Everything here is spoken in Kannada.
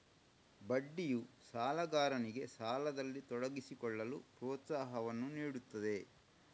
ಬಡ್ಡಿಯು ಸಾಲಗಾರನಿಗೆ ಸಾಲದಲ್ಲಿ ತೊಡಗಿಸಿಕೊಳ್ಳಲು ಪ್ರೋತ್ಸಾಹವನ್ನು ನೀಡುತ್ತದೆ